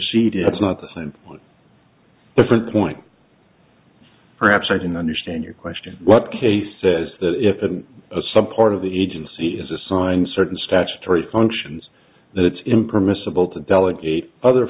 preceded it's not the same or different point perhaps i didn't understand your question what case says that if some part of the agency is assigned certain statutory functions that it's in permissible to delegate other